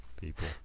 people